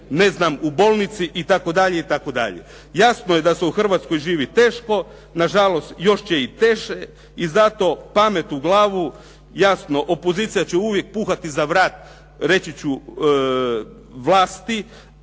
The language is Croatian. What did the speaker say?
ne znam u bolnici itd. Jasno je da se u Hrvatskoj živi teško, na žalost još će i teže i zato pamet u glavu. Jasno opozicija će uvijek puhati za vrat, reći ću vlasti